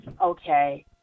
okay